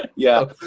yeah.